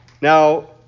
Now